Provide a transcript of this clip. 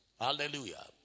Hallelujah